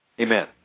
Amen